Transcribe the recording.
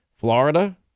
florida